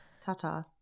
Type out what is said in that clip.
ta-ta